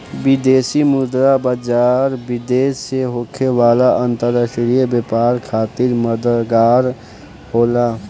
विदेशी मुद्रा बाजार, विदेश से होखे वाला अंतरराष्ट्रीय व्यापार खातिर मददगार होला